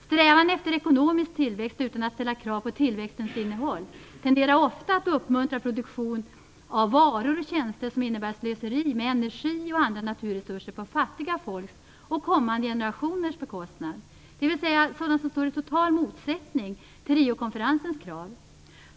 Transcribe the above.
Strävan efter ekonomisk tillväxt, utan att ställa krav på tillväxtens innehåll, tenderar ofta att uppmuntra produktion av varor och tjänster som innebär slöseri med energi och andra naturresurser på fattiga folks och kommande generationers bekostnad, dvs. sådant som står i total motsättning till Riokonferensens krav.